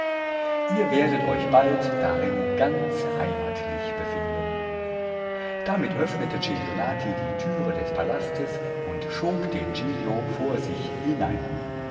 ihr werdet euch bald darin ganz heimatlich befinden damit öffnete celionati die türe des palastes und schob den giglio vor sich hinein